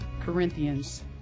Corinthians